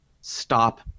Stop